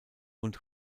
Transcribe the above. und